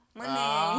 money